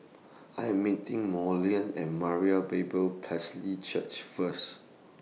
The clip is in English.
I Am meeting Marolyn At Moriah Bible Church First